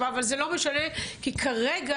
אבל זה לא משנה כי כרגע,